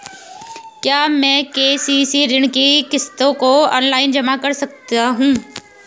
क्या मैं के.सी.सी ऋण की किश्तों को ऑनलाइन जमा कर सकता हूँ?